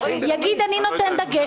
יגיד: אני נותן דגש,